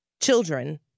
children